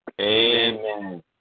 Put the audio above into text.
Amen